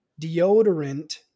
deodorant